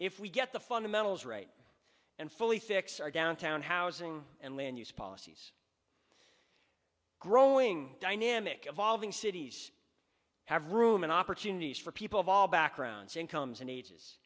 if we get the fundamentals right and fully fix our downtown housing and land use policies growing dynamic evolving cities have room and opportunities for people of all backgrounds incomes and ages